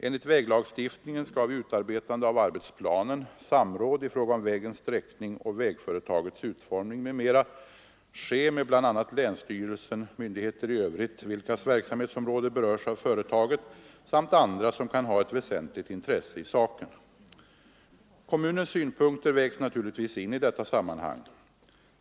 Enligt väglagstiftningen skall vid utarbetande av arbetsplanen samråd i fråga om vägens sträckning och vägföretagets utformning m.m. ske med bl.a. länsstyrelsen, myndigheter i övrigt, vilkas verksamhetsområde berörs av företaget, samt andra som kan ha ett väsentligt intresse i saken. Kommunens synpunkter vägs naturligtvis in i detta sammanhang.